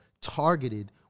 targeted